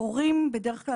הורים בדרך כלל,